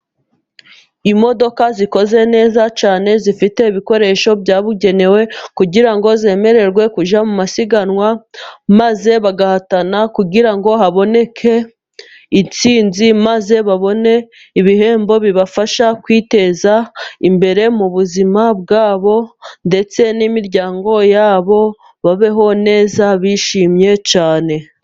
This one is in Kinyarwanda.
Imodoka zikoze neza cyane, zifite ibikoresho byabugenewe kugira ngo zemererwe kujya mu masiganwa, maze bagahatana kugira ngo haboneke intsinzi, maze babone ibihembo bibafasha kwiteza imbere mu buzima bwabo ndetse n'imiryango yabo, babeho neza bishimye cyane.